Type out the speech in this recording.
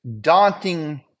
daunting